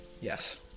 Yes